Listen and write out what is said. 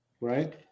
right